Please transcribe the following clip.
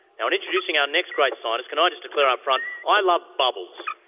and in introducing our next great scientist can i just declare upfront i love bubbles,